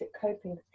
coping